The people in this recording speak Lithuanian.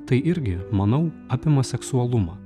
tai irgi manau apima seksualumą